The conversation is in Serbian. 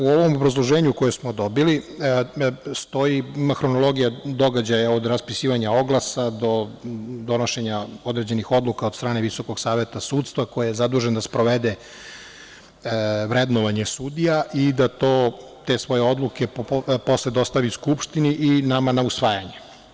U ovom obrazloženju koje smo dobili ima hronologija događaja od raspisivanja oglasa do donošenja određenih odluka od strane VSS koji je zadužen da sprovede vrednovanje sudija i da te svoje odluke posle dostavi Skupštini i nama na usvajanje.